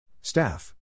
Staff